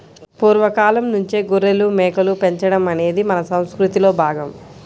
పూర్వ కాలంనుంచే గొర్రెలు, మేకలు పెంచడం అనేది మన సంసృతిలో భాగం